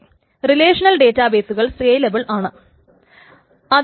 ഡേറ്റാബേസുകൾ പറയുന്നത് റിലേഷണൽ ഡേറ്റാബേസുകൾ സ്കെയിലബിൾ ആണ് എന്നാണ്